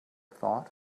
thought